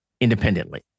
independently